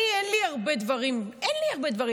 אני אין לי הרבה דברים, אין לי הרבה דברים.